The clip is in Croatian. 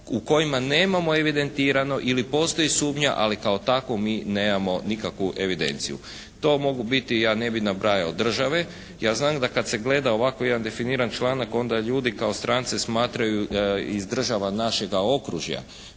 u kojima nemamo evidentirano ili postoji sumnja, ali kao takvu mi nemamo nikakvu evidenciju. To mogu biti, ja ne bih nabrajao države. Ja znam da kad se gleda ovako jedan definiran članak onda ljudi kao strance smatraju iz država našega okružja.